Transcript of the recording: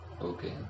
Okay